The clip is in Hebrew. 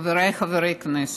חבריי חברי הכנסת,